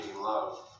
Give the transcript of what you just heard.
love